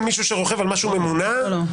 מישהו שרוכב על משהו ממונע --- לא,